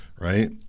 right